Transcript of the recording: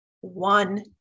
one